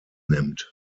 nimmt